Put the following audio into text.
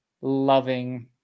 loving